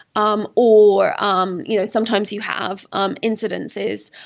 um or um you know sometimes you have um incidences.